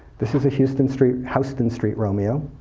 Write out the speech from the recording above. this is a houston street houston street romeo.